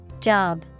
Job